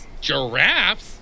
Giraffes